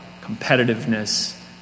competitiveness